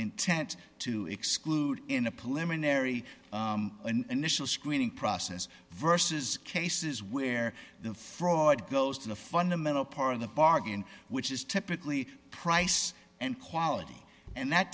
intent to exclude in a polemic nary an initial screening process verses cases where the fraud goes to the fundamental part of the bargain which is typically price and quality and that